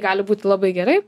gali būti labai gerai